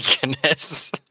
goodness